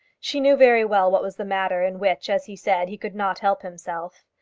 she knew very well what was the matter in which, as he said, he could not help himself.